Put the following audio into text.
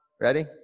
Ready